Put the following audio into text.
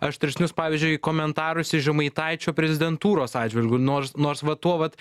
aštresnius pavyzdžiui komentarus iš žemaitaičio prezidentūros atžvilgiu nors nors va tuo vat